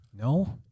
No